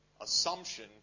assumption